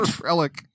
relic